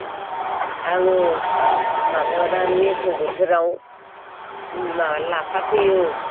आङो माबायाव दा मेसें बोथोराव लाफा फोयो